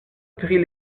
prit